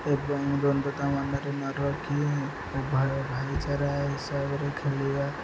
ଏବଂ ଦଣ୍ଡୁତା ମାନରେ ନରଖି ଭାଇଚାରା ହିସାବରେ ଖେଳିବା